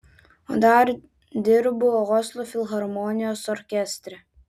o dar dirbu oslo filharmonijos orkestre